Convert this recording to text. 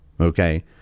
Okay